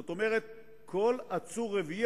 זאת אומרת שכל עצור רביעי